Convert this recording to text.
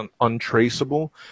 untraceable